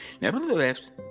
Nevertheless